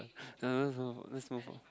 yeah let's move on let's move on